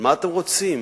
מה אתם רוצים?